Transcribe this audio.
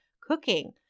cooking